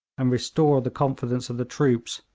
and restore the confidence of the troops,